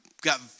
got